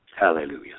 Hallelujah